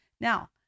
Now